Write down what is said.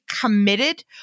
committed